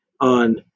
on